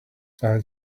had